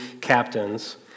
captains